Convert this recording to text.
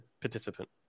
participant